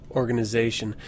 organization